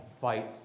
fight